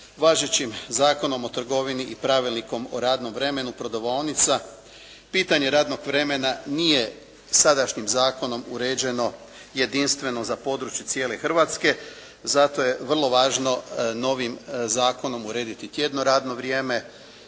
Važećim Zakonom o trgovini i Pravilnikom o radnom vremenu prodavaonica pitanje radnog vremena nije sadašnjim zakonom uređeno jedinstveno za područje cijele Hrvatske. Zato je vrlo važno novim zakonom urediti tjedno radno vrijeme,